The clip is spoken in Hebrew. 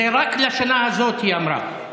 זה רק לשנה הזאת, היא אמרה.